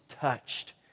touched